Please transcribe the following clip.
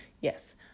Yes